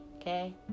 Okay